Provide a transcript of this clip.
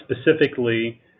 specifically